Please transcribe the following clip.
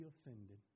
offended